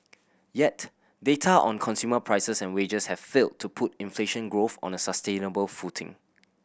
yet data on consumer prices and wages have failed to put inflation growth on a sustainable footing